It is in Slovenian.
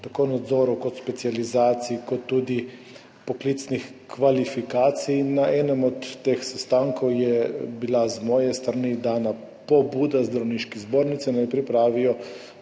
tako nadzorov kot specializacij ter tudi poklicnih kvalifikacij. Na enem od teh sestankov je bila z moje strani dana pobuda Zdravniški zbornici, naj pripravijo